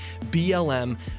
BLM